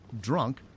drunk